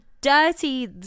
dirty